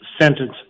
sentence